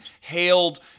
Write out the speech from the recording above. hailed